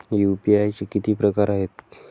UPI चे किती प्रकार आहेत?